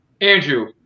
Andrew